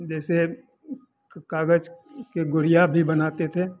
जैसे क कागज के गुड़िया भी बनाते थे